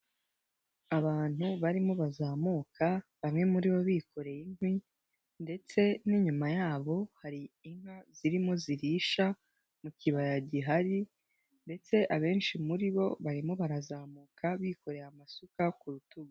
Abantu barimo bazamuka bamwe muri bo bikoreye imkwi ndetse n' inyuma yabo hari inka zirimo zirisha mu kibaya gihari ndetse abenshi muri bo barimo barazamuka bikoreye amasuka ku rutugu.